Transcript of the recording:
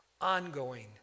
ongoing